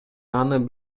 анын